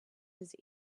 his